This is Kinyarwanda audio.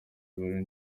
gore